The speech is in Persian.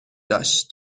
داشت